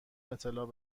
اطلاع